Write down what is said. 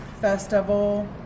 Festival